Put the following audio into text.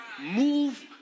Move